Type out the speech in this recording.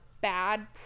bad